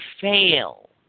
fail